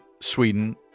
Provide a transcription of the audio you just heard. Sweden